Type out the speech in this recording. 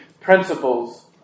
principles